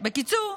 בקיצור,